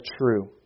true